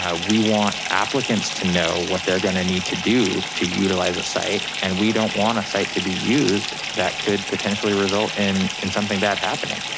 ah we want applicants to know what they're gonna need to do to utilize a site and we don't want a site to be used that could potentially result in in something bad happening.